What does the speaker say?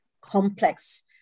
complex